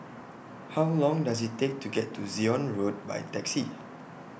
How Long Does IT Take to get to Zion Road By Taxi